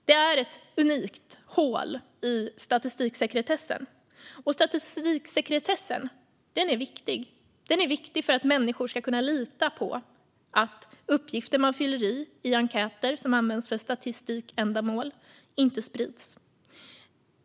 Det är ett unikt hål i statistiksekretessen, och statistiksekretessen är viktig för att människor ska kunna lita på att uppgifter man lämnar i enkäter som används för statistikändamål inte sprids.